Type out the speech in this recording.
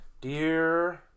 Dear